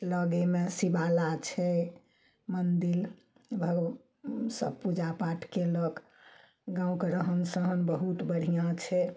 लऽगेमे शिबाला छै मन्दिर भव्य सब पूजा पाठ केलक गाँवके रहन सहन बहुत बढ़िऑं छै